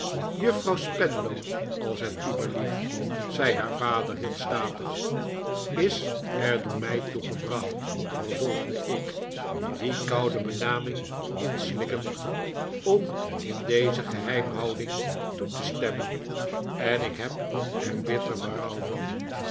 juffrouw spenlow als het u belieft zei haar vader heel statig is er door mij toe gebracht vervolgde ik die koude benaming inslikkend om in deze geheimhouding toe te stemmen en ik heb er bitter berouw van